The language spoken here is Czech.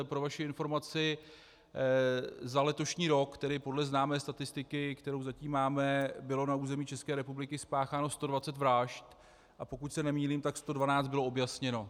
Pro vaši informaci, za letošní rok, tedy podle známé statistiky, kterou zatím máme, bylo na území České republiky spácháno 120 vražd, a pokud se nemýlím, tak 112 bylo objasněno.